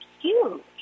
huge